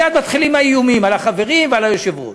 מייד מתחילים האיומים על החברים ועל היושב-ראש.